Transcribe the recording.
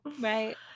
Right